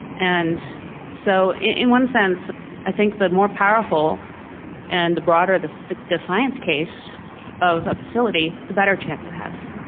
and so in one sense i think the more powerful and the broader the the science case of a facility, the better chance it has.